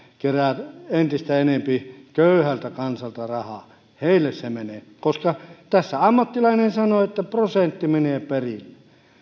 keräävät entistä enempi köyhältä kansalta rahaa heille se menee koska tässä ammattilainen sanoo että prosentti menee perille